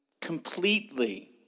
completely